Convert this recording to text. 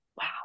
wow